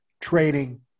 Trading